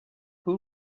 who